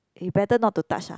you better not to touch ah